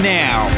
now